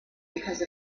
because